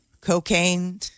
cocaine